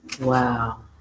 Wow